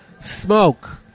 Smoke